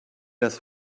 das